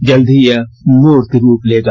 जल्द ही यह मुर्त रूप लेगा